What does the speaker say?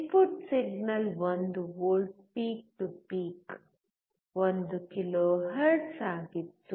input signal 1 volt peak to peak 1 kilohertz ಆಗಿತ್ತು